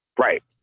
right